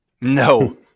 No